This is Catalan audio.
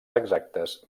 exactes